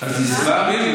אז הוא הסביר.